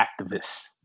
activists